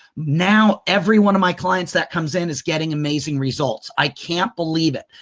now everyone of my clients that comes in is getting amazing results. i can't believe it.